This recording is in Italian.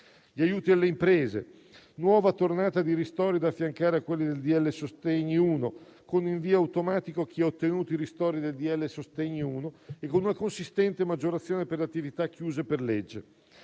gli aiuti alle imprese e la nuova tornata di ristori, da affiancare a quelli del primo decreto sostegni, con l'invio automatico a chi ha ottenuto i ristori del primo decreto e con una consistente maggiorazione per le attività chiuse per legge.